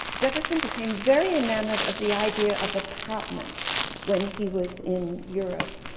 jefferson became very enamored of the idea of apartments when he was in europe.